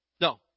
No